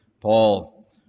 Paul